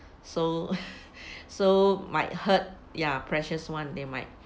so so might hurt ya precious [one] they might